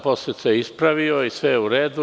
Posle sam ispravio i sve je uredu.